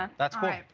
that's cool.